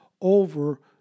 over